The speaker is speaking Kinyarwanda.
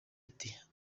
ati